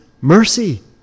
mercy